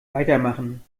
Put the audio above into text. weitermachen